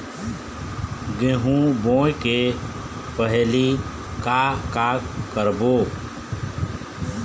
गेहूं बोए के पहेली का का करबो?